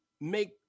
make